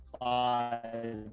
five